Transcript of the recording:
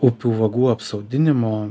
upių vagų apsodinimo